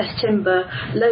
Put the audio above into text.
timber